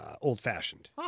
old-fashioned